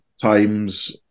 times